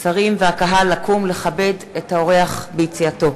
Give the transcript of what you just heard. השרים והקהל לקום, לכבד את האורח ביציאתו.